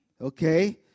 Okay